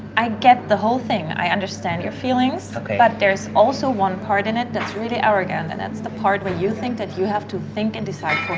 i get the whole thing. i understand your feelings ok but there's also one part in it that's really arrogant. and that's the part where you think that you have to think and decide for her.